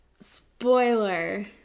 spoiler